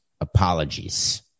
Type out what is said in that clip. apologies